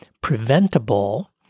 preventable